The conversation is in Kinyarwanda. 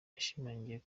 yashimangiye